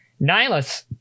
Nihilus